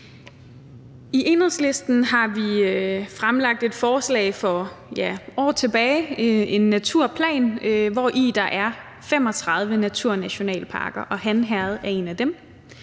I Enhedslisten har vi fremsat et forslag for, ja, år tilbage – en naturplan, hvori der er 35 naturnationalparker, og Han Herred er en af dem.